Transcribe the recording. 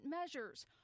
measures